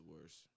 worst